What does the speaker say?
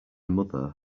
mother